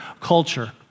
culture